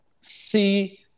see